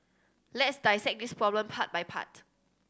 let's dissect this problem part by part